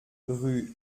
rue